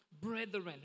brethren